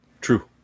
true